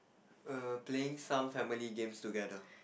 err playing some family games together